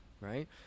right